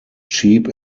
cheap